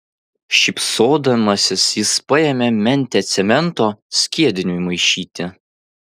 šypsodamasis jis paėmė mentę cemento skiediniui maišyti